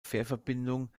fährverbindung